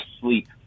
sleep